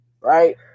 right